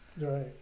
right